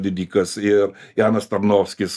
didikas ir janas tarnovskis